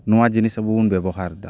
ᱱᱚᱣᱟ ᱡᱤᱱᱤᱥ ᱟᱵᱚ ᱵᱚᱱ ᱵᱮᱵᱚᱦᱟᱨ ᱫᱟ